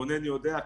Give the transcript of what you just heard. רונן יודע,